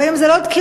לפעמים זה מכות,